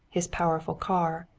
his powerful car,